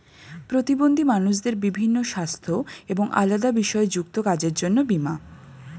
প্রতিবন্ধী মানুষদের বিভিন্ন সাস্থ্য এবং আলাদা বিষয় যুক্ত কাজের জন্য বীমা